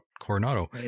Coronado